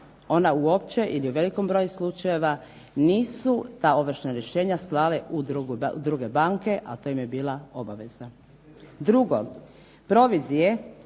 ona uopće ili u velikom broju slučajeva nisu ta ovršna rješenja slale u druge banke, a to im je bila obaveza. Drugo, provizije